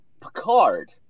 picard